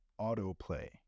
autoplay